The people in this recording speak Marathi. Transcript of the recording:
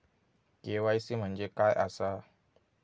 के.वाय.सी म्हणजे काय आसा?